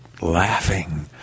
laughing